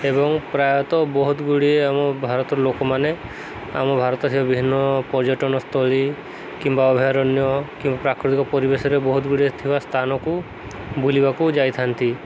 ଏବଂ ପ୍ରାୟତଃ ବହୁତ ଗୁଡ଼ିଏ ଆମ ଭାରତର ଲୋକମାନେ ଆମ ଭାରତରେ ଥିବା ବିଭିନ୍ନ ପର୍ଯ୍ୟଟନସ୍ଥଳୀ କିମ୍ବା ଅଭୟାରଣ୍ୟ କିମ୍ବା ପ୍ରାକୃତିକ ପରିବେଶରେ ବହୁତ ଗୁଡ଼ିଏ ଥିବା ସ୍ଥାନକୁ ବୁଲିବାକୁ ଯାଇଥାନ୍ତି